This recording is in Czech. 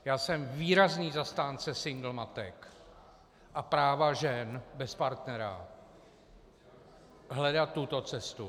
Já jsem výrazný zastánce single matek a práva žen bez partnera hledat tuto cestu.